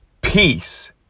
Peace